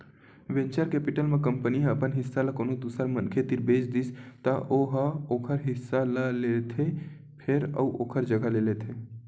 venture capital म company ह अपन हिस्सा ल कोनो दूसर मनखे तीर बेच दिस त ओ ह ओखर हिस्सा ल लेथे फेर अउ ओखर जघा ले लेथे